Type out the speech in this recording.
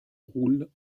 roule